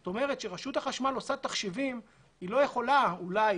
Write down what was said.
זאת אומרת כשרשות החשמל עושה תחשיבים היא לא יכולה אולי